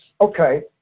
okay